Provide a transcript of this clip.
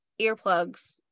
earplugs